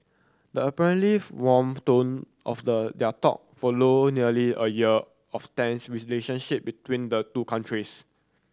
the apparently warm tone of the their talk followed nearly a year of tense between the two countries